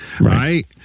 Right